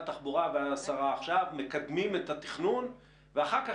התחבורה והשרה עכשיו היא שמקדמים את התכנון ואחר כך